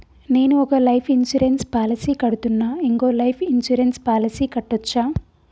నేను ఒక life insurance policy కడ్తున్నా, ఇంకో లైఫ్ ఇన్సూరెన్స్ పాలసీ కట్టొచ్చా?